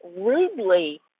rudely